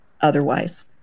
otherwise